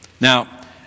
Now